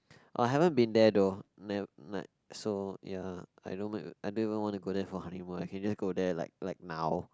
oh I haven't been there though so ya I I don't even wanna go there for honeymoon I can just go there like like now